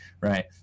Right